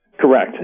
Correct